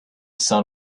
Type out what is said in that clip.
sun